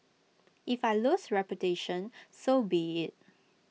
if I lose reputation so be IT